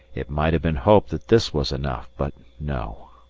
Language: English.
it might have been hoped that this was enough, but no!